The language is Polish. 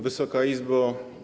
Wysoka Izbo!